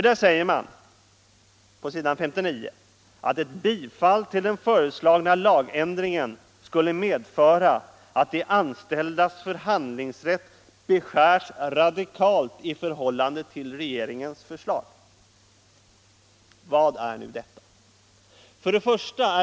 Där säger man på s. 59 att ”ett bifall till den föreslagna lagändringen skulle medföra att de anställdas förhandlingsrätt beskärs radikalt i förhållande till regeringens förslag”. Vad är nu detta?